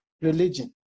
religion